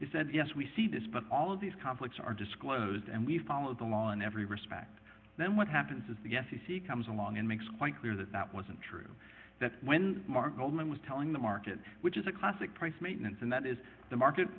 said yes we see this but all of these conflicts are disclosed and we follow the law in every respect then what happens is the f c c comes along and makes quite clear that that wasn't true that when mark goldman was telling the market which is a classic price maintenance and that is the market